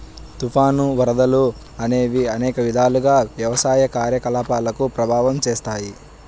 తుఫాను, వరదలు అనేవి అనేక విధాలుగా వ్యవసాయ కార్యకలాపాలను ప్రభావితం చేస్తాయి